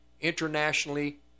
internationally